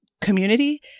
community